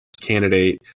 candidate